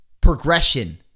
progression